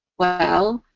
well,